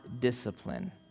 discipline